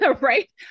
right